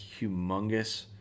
humongous